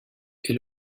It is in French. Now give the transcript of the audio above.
est